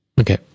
Okay